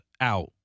out